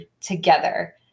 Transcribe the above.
together